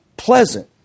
Pleasant